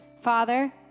Father